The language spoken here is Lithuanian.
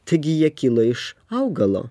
taigi jie kilo iš augalo